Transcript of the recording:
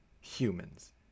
humans